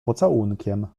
pocałunkiem